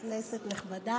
כנסת נכבדה,